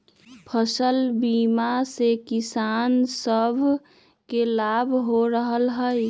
फसल बीमा से किसान सभके लाभ हो रहल हइ